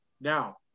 Now